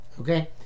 okay